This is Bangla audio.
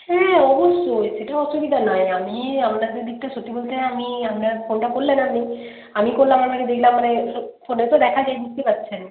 হ্যাঁ অবশ্যই সেটা অসুবিধা নয় আমি আপনাদের দিকটা সত্যি বলতে আমি আপনার ফোনটা করলেন আপনি আমি করলাম আপনাকে দেখলাম মানে ফোনে তো দেখা যায় বুঝতে পারছেন